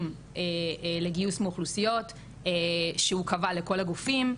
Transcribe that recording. לגיוס מאוכלוסיות שהוא קבע לכל הגופים,